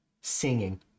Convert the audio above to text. singing